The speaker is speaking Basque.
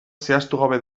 zehaztugabe